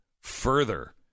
further